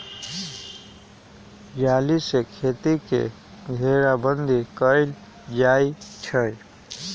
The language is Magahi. जाली से खेती के घेराबन्दी कएल जाइ छइ